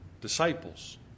Disciples